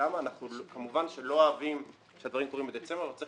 כמובן שלא אוהבים שהדברים קורים בדצמבר אבל צריך